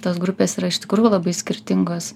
tos grupės yra iš tikrųjų labai skirtingos